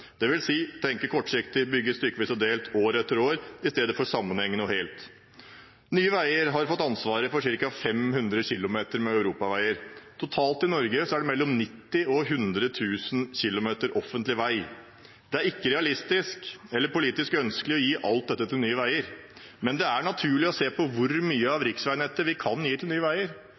tenke kortsiktig og bygge stykkevis og delt år etter år i stedet for sammenhengende og helt. Nye Veier har fått ansvaret for ca. 500 km europaveier. Totalt i Norge er det mellom 90 000 og 100 000 km offentlig vei. Det er ikke realistisk eller politisk ønskelig å gi alt dette til Nye Veier, men det er naturlig å se på hvor mye av riksveinettet vi kan gi til Nye Veier.